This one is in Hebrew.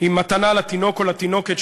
עם מתנה לתינוק או לתינוקת,